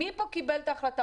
מי קיבל פה את ההחלטה,